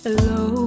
Hello